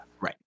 Right